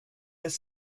des